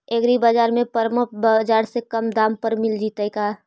एग्रीबाजार में परमप बाजार से कम दाम पर मिल जैतै का?